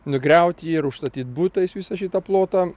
nugriaut jį ir užstatyt butais visą šitą plotą